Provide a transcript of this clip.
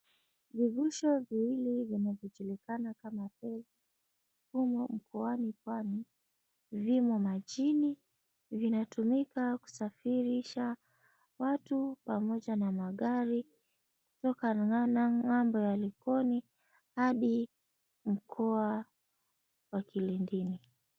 Vivusho viwili vinavyojulikana kama feri humu mkoani pwani, vimo majini. Vinatumika kusafirisha watu pamoja na magari kutoka ng'ambo ya likono hadi mkoa wa kilindini.